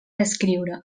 escriure